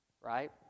Right